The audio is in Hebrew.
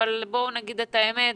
אבל בואו נגיד את האמת,